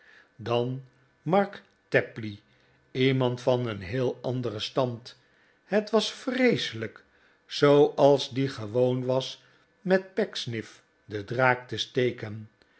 dan mark tapley iemand van een heel anderen stand het was vreeselijk zooals die gewoon was met pecksniff den draak te steken